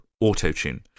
auto-tune